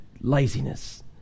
laziness